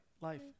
life